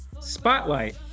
Spotlight